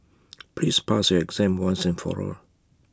please pass your exam once and for all